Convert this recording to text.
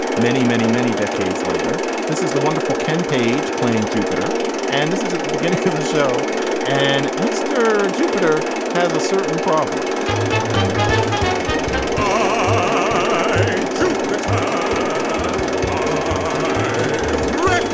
many many many decades later this is the wonderful ken page playing jupiter and this is at the beginning of the show and mr. jupiter has a certain problem are um